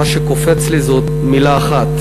אתה סמג"ד במילואים פעיל,